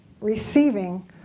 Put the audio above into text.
receiving